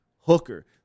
hooker